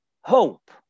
hope